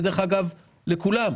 דרך אגב, לכולם.